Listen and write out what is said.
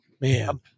man